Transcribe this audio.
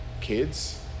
kids